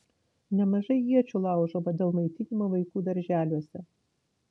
nemažai iečių laužoma dėl maitinimo vaikų darželiuose